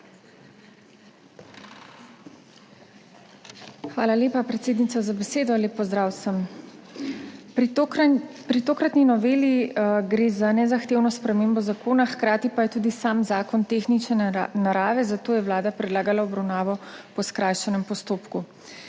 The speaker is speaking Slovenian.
Hvala lepa, predsednica, za besedo. Lep pozdrav vsem! Pri tokratni noveli gre za nezahtevno spremembo zakona, hkrati pa je tudi sam zakon tehnične narave, zato je Vlada predlagala v obravnavo po skrajšanem postopku.